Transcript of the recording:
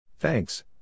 Thanks